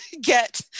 get